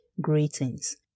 greetings